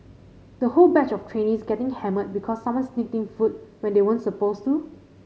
the whole batch of trainees getting hammered because someone sneaked food when they weren't supposed to